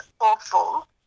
awful